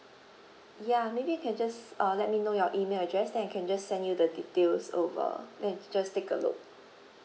ya maybe you can just uh let me know your email address then I can just send you the details over then you just take a look